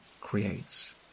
creates